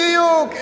בדיוק.